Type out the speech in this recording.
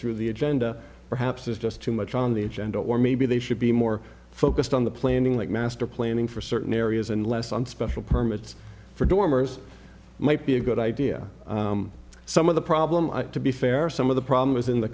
through the agenda perhaps is just too much on the agenda or maybe they should be more focused on the planning like master planning for certain areas and less on special permits for dormers might be a good idea some of the problem to be fair some of the problem is in the